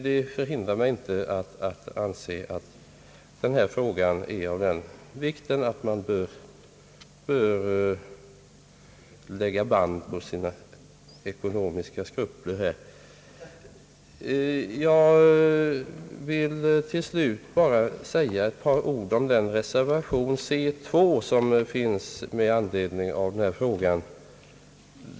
Det hindrar mig inte att anse att denna fråga är av sådan vikt, att man bör kunna lägga band på sina ekonomiska skrupler. Jag vill till slut säga ett par ord om reservation 2 som avgivits med anledning av denna fråga.